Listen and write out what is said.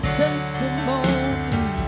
testimony